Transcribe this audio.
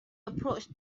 approached